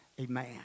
Amen